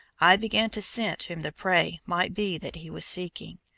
i began to scent whom the prey might be that he was seeking,